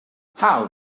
how